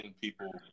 people